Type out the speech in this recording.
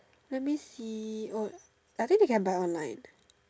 let me see wait I think they can buy online